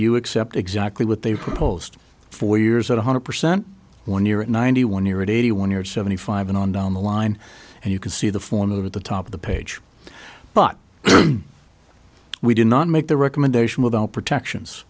you accept exactly what they've proposed for years one hundred percent when you're at ninety one you're at eighty when you're seventy five and on down the line and you can see the form of at the top of the page but we do not make the recommendation without protections